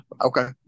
Okay